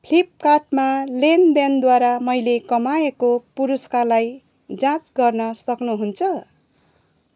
फ्लिपकार्टमा लेनदेनद्वारा मैले कमाएको पुरस्कारलाई जाँच गर्न सक्नुहुन्छ